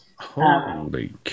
holy